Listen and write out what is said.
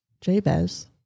Jabez